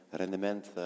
rendement